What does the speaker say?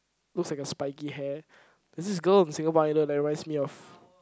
looks like a spiky hair there's this girl in Singapore Idol that reminds me of